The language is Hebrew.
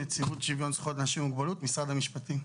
נציבות שוויון זכויות לאנשים עם מוגבלות משרד המשפטים.